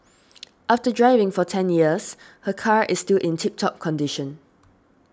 after driving for ten years her car is still in tip top condition